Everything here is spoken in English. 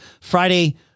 Friday